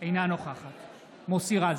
נוכחת מוסי רז,